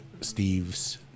Steve's